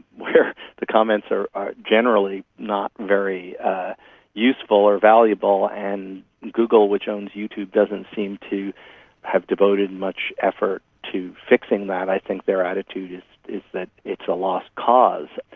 where the comments are generally not very useful or valuable, and google, which owns youtube, doesn't seem to have devoted much effort to fixing that. i think their attitude is that it's a lost cause.